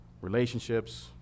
relationships